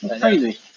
Crazy